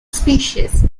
species